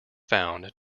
found